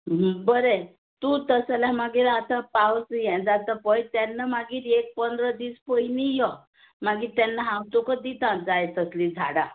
ही बरें तूं तस जाल्यार मागीर आता पावस हें जाता पळय तेन्ना मागीर एक पंदरा दीस पयली यो मागीर हांव तुका दिता जाय तसली झाडां